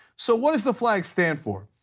so what does the flag stand for?